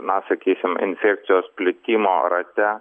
na sakysim infekcijos plitimo rate